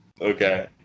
Okay